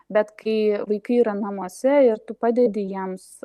bet kai vaikai yra namuose ir tu padedi jiems